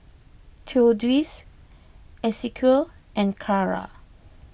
theodis Esequiel and Carra